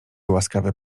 łaskawy